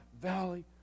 valley